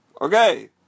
Okay